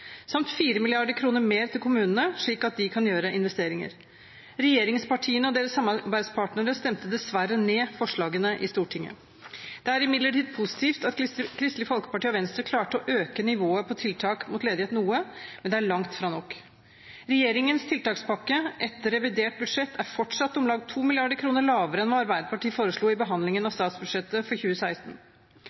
samt 4 mrd. kr mer til kommunene, slik at de kan gjøre investeringer. Regjeringspartiene og deres samarbeidspartnere stemte dessverre ned forslagene i Stortinget. Det er imidlertid positivt at Kristelig Folkeparti og Venstre klarte å øke nivået på tiltak mot ledighet noe, men det er langt fra nok. Regjeringens tiltakspakke etter revidert budsjett er fortsatt om lag 2 mrd. kr lavere enn det Arbeiderpartiet foreslo i behandlingen av statsbudsjettet for 2016.